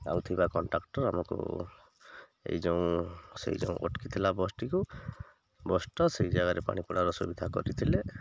ଆଉ ଥିବା କଣ୍ଟ୍ରାକ୍ଟର ଆମକୁ ଏଇ ଯେଉଁ ସେଇ ଯେଉଁ ଅଟକିଥିଲା ବସ୍ଟିକୁ ବସ୍ଟା ସେଇ ଜାଗାରେ ପାଣିପଡ଼ାର ସୁବିଧା କରିଥିଲେ